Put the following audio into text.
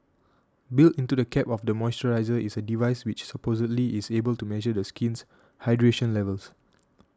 built into the cap of the moisturiser is a device which supposedly is able to measure the skin's hydration levels